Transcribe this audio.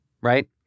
right